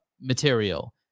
material